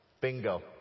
Bingo